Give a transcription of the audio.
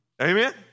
Amen